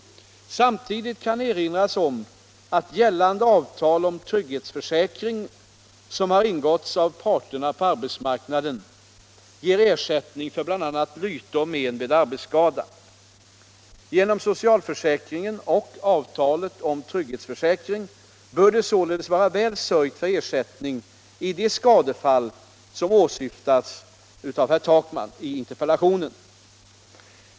Samtidigt kan erinras om att gällande avtal om trygghetsförsäkring, som har ingåtts av parterna på arbetsmarknaden, ger ersättning för bl.a. lyte och men vid arbetsskada. Genom socialförsäkringen och avtalet om trygghetsförsäkring bör det således vara väl sörjt för ersättning i de skadefall som åsyftas i herr Takmans interpellation.